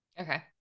Okay